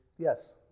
yes